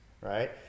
right